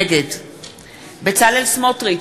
נגד בצלאל סמוטריץ,